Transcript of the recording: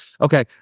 okay